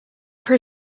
per